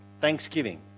Thanksgiving